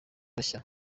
bashya